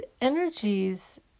energies